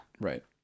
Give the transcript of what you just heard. Right